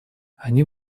они